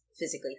physically